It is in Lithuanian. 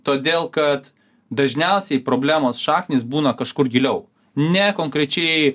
todėl kad dažniausiai problemos šaknys būna kažkur giliau ne konkrečiai